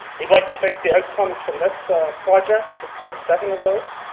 we'd like to think the outcome from this project support seven of those.